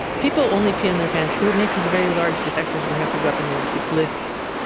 people only pee in their pants, we make these very large detectors and you have to go up in these big lifts,